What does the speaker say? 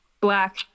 Black